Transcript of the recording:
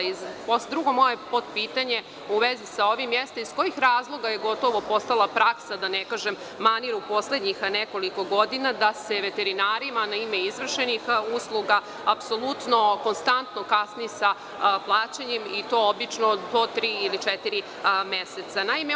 Moje drugo podpitanje u vezi sa ovim jeste iz kojih razloga je gotovo postala praksa, da ne kažem manir u poslednjih nekoliko godina da se veterinarima na ime izvršenih usluga konstantno kasni sa plaćanjem i to obično do tri ili četiri meseca?